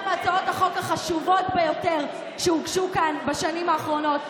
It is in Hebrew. מהצעות החוק החשובות ביותר שהוגשו כאן בשנים האחרונות,